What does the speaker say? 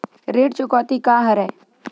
ऋण चुकौती का हरय?